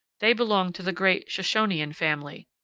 they belong to the great shoshonian family.